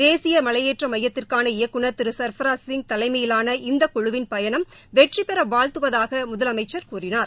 தேசிய மலையேற்ற மையத்திற்கான இயக்குநர் திரு சள்ப்ராஜ் சிங் தலைமையிலான இந்த குழுவின் பயணம் வெற்றி பெற வாழ்த்துவதாக முதலமைச்சர் கூறினார்